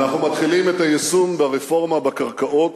אנחנו מתחילים את יישום הרפורמה בקרקעות,